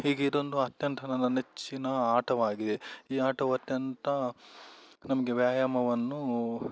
ಹೀಗೆ ಇದೊಂದು ಅತ್ಯಂತ ನನ್ನ ನೆಚ್ಚಿನ ಆಟವಾಗಿದೆ ಈ ಆಟವು ಅತ್ಯಂತ ನಮಗೆ ವ್ಯಾಯಾಮವನ್ನು